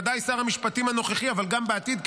בוודאי שר המשפטים הנוכחי אבל גם בעתיד,